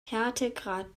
härtegrad